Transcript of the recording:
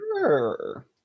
Sure